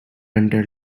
under